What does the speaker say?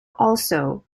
also